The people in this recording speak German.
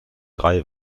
drei